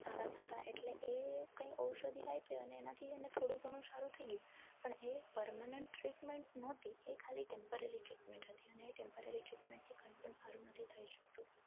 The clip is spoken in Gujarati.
સારા થતાં એટલે એ કંઈ ઔષધિ આપી અને એનાથી એને થોળુ ઘણું સારું થઈ ગયું પણ એ પરમનન્ટ ટ્રીટમેન્ટ નહોતી એ ખાલી ટેમ્પરરી ટ્રીટમેન્ટ હતી અને એ ટેમ્પરરી ટ્રીટમેન્ટથી કંઇ પણ સારું નથી થઈ શકતું